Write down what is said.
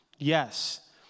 Yes